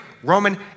Roman